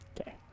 Okay